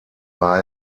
war